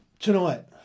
Tonight